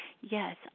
Yes